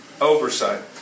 oversight